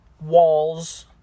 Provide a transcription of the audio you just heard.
walls